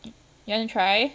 you want to try